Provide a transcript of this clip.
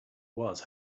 was